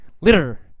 Litter